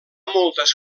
moltes